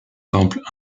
temple